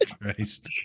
Christ